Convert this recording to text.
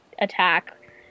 attack